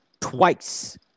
twice